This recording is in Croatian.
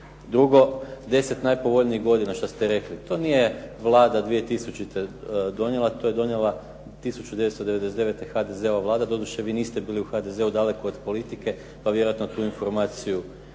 Drugo, 10 najpovoljnih godina što ste rekli. To nije Vlada 2000. donijela, to je donijela 1999. HDZ-ova Vlada. Doduše, vi niste bili u HDZ-u daleko od politike pa vjerojatno tu informaciju